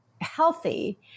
healthy